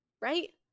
right